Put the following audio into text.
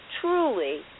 truly